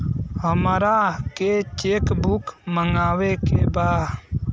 हमारा के cheque book मगावे के बा?